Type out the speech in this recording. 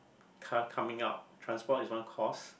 car coming out transport is one cost